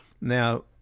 now